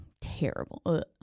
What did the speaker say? terrible